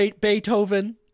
beethoven